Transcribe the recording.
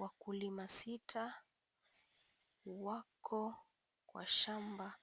Wakulima sita wako kwa shamba